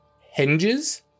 hinges